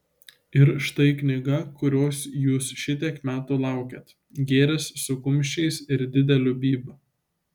ir štai knyga kurios jūs šitiek metų laukėt gėris su kumščiais ir dideliu bybiu